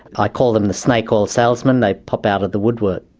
i call them the snake oil salesmen. they pop out of the woodwork.